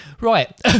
Right